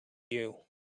you